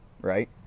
right